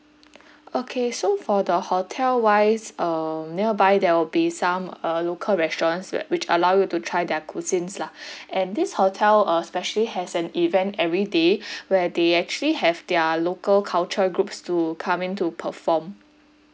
okay so for the hotel wise um nearby there will be some uh local restaurants where which allow you to try their cuisines lah and this hotel uh specially has an event every day where they actually have their local culture groups to come in to perform